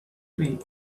three